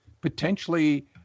potentially